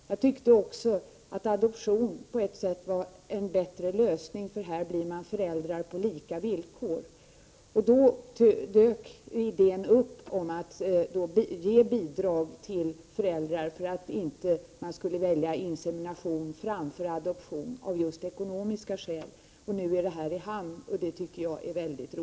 Jag tyckte att adoption skulle vara en bättre lösning, för då blir man föräldrar på lika villkor. Då dök idén upp att ge bidrag till föräldrar för att de inte skulle välja insemination framför adoption av just ekonomiska skäl. Nu är detta i hamn, och det tycker jag är mycket bra.